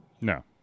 No